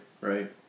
right